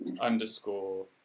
underscore